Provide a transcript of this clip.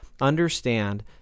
Understand